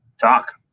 talk